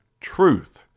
truth